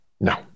No